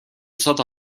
sada